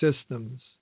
systems